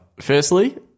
Firstly